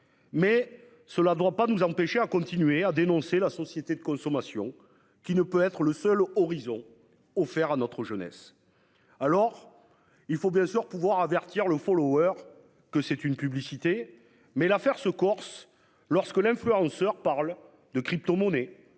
Mais cela ne doit pas nous empêcher à continuer à dénoncer la société de consommation qui ne peut être le seul horizon offert à notre jeunesse. Alors. Il faut bien sûr pouvoir avertir le fond loueur que c'est une publicité. Mais l'affaire se Corse lorsque l'influenceur parle de cryptomonnaies.